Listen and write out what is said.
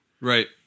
Right